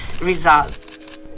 results